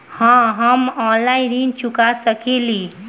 का हम ऑनलाइन ऋण चुका सके ली?